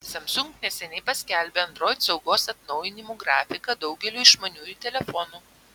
samsung neseniai paskelbė android saugos atnaujinimų grafiką daugeliui išmaniųjų telefonų